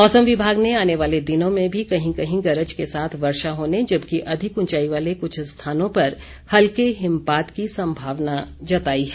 मौसम विभाग ने आने वाले दिनों में भी कहीं कहीं गरज के साथ वर्षा होने जबकि अधिक ऊंचाई वाले कुछ स्थानों पर हल्के हिमपात की संभावना जताई है